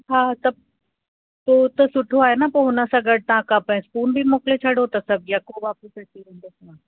हा त पोइ त सुठो आहे न पोइ हुन सां गॾु तव्हां कप ऐं स्पून बि मोकिले छॾो त सभु यको वापसि अची वेंदव